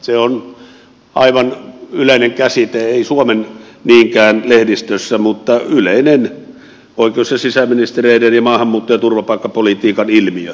se on aivan yleinen käsite ei niinkään suomen lehdistössä mutta yleinen oikeus ja sisäministereiden ja maahanmuutto ja turvapaikkapolitiikan ilmiö